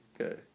Okay